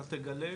אתה תגלה,